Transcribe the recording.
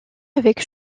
avec